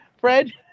Fred